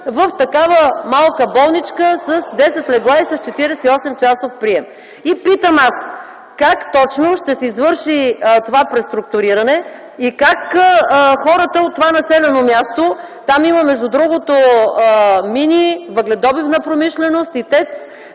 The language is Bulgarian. в такава малка болничка с 10 легла и с 48-часов прием. Питам аз: как точно ще се извърши това преструктуриране и как хората от това населено място – там има мини, въгледобивна промишленост и ТЕЦ